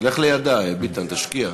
לך לידה, ביטן, תשקיע.